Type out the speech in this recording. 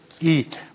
eat